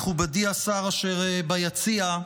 מכובדי השר אשר ביציע,